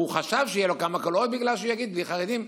הוא חשב שיהיו לו כמה קולות בגלל שהוא יגיד: בלי חרדים.